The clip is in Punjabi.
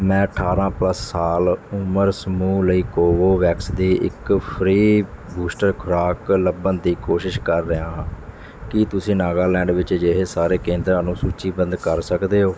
ਮੈਂ ਅਠਾਰਾਂ ਪਲੱਸ ਸਾਲ ਉਮਰ ਸਮੂਹ ਲਈ ਕੋਵੋਵੈਕਸ ਦੀ ਇੱਕ ਫ੍ਰੀ ਬੂਸਟਰ ਖੁਰਾਕ ਲੱਭਣ ਦੀ ਕੋਸ਼ਿਸ਼ ਕਰ ਰਿਹਾ ਹਾਂ ਕੀ ਤੁਸੀਂ ਨਾਗਾਲੈਂਡ ਵਿੱਚ ਅਜਿਹੇ ਸਾਰੇ ਕੇਂਦਰਾਂ ਨੂੰ ਸੂਚੀਬੱਧ ਕਰ ਸਕਦੇ ਹੋ